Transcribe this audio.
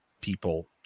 people